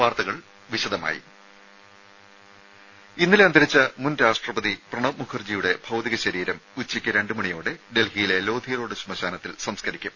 വാർത്തകൾ വിശദമായി ഇന്നലെ അന്തരിച്ച മുൻ രാഷ്ട്രപതി പ്രണബ് മുഖർജിയുടെ ഭൌതിക ശരീരം ഉച്ചയ്ക്ക് രണ്ടുമണിയോടെ ഡൽഹിയിലെ ലോധി റോഡ് ശ്മശാനത്തിൽ സംസ്ക്കരിക്കും